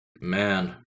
man